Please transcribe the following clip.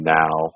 now